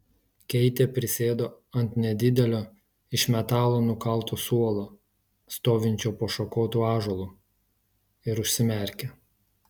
keitė prisėdo ant nedidelio iš metalo nukalto suolo stovinčio po šakotu ąžuolu ir užsimerkė